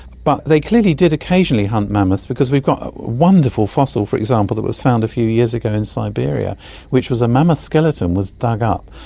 but they clearly did occasionally hunt mammoth because we've got a wonderful fossil, for example, that was found a few years ago in siberia which was a mammoth skeleton that was dug up.